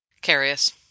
carious